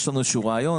יש לנו איזשהו רעיון,